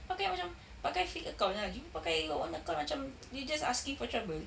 pakai macam pakai fake account lah gini pakai your own account macam you're just asking for trouble